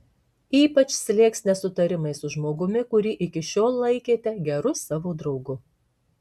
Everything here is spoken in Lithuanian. ypač slėgs nesutarimai su žmogumi kurį iki šiol laikėte geru savo draugu